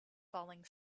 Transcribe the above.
falling